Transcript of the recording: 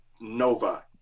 nova